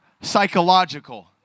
psychological